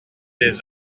des